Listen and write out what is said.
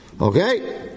Okay